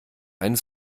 einen